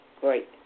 great